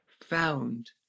found